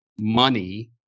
money